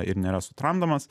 ir nėra sutramdomas